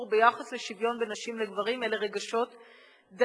ביחס לשוויון בין נשים לגברים אלה רגשות דתיים.